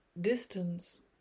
distance